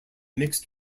mixed